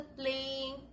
playing